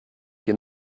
que